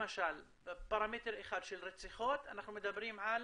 למשל פרמטר אחד של רציחות אנחנו מדברים על